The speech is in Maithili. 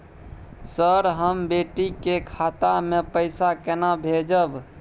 सर, हम बेटी के खाता मे पैसा केना भेजब?